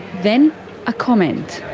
then a comment.